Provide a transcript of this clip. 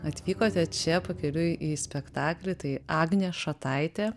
atvykote čia pakeliui į spektaklį tai agnė šataitė